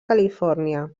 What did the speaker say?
califòrnia